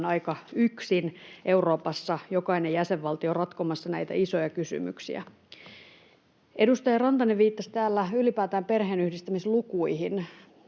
aika yksin Euroopassa, jokainen jäsenvaltio, ratkomassa näitä isoja kysymyksiä. Edustaja Rantanen viittasi täällä ylipäätään perheenyhdistämislukuihin.